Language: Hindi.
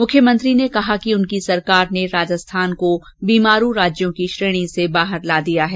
मुख्यमंत्री ने कहा कि उनकी सरकार ने राजस्थान को बीमारू राज्यों की श्रेणी से बाहर ला दिया है